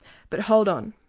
but hold on,